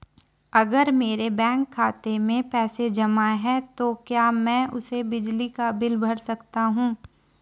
अगर मेरे बैंक खाते में पैसे जमा है तो क्या मैं उसे बिजली का बिल भर सकता हूं?